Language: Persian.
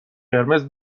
قرمز